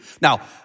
Now